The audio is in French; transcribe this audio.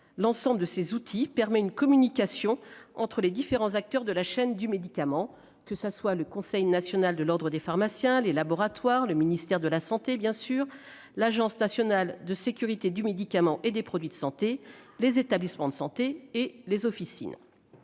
L'ensemble de ces outils permet une communication entre les différents acteurs de la chaîne du médicament-le Conseil national de l'ordre des pharmaciens, les laboratoires, le ministère des solidarités et de la santé, l'Agence nationale de sécurité du médicament et des produits de santé, les établissements de santé et les officines.